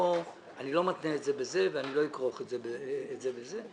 אני לא מתנה את זה בזה ואני לא אכרוך את זה בזה,